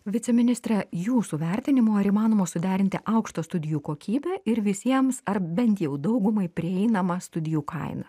viceministre jūsų vertinimu ar įmanoma suderinti aukštą studijų kokybę ir visiems ar bent jau daugumai prieinamą studijų kainą